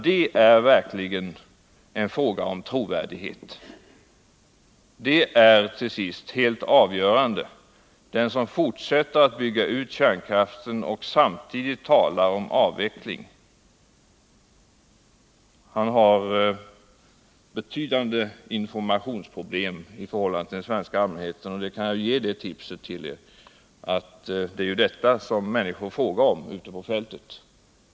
Det är verkligen en fråga om trovärdighet, och detta blir till sist avgörande. Den som fortsätter att bygga ut kärnkraften och samtidigt talar om avveckling har betydande informationsproblem i förhållande till den svenska allmänheten. Jag kan ju ge det tipset till er att det är detta som människor frågar om ute på fältet.